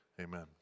Amen